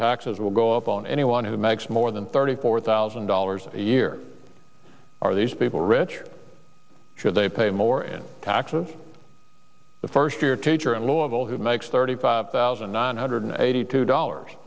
taxes will go up on anyone who makes more than thirty four thousand dollars a year are these people rich or should they pay more in taxes the first year teacher in lowell who makes thirty five thousand nine hundred eighty two dollars